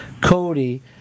Cody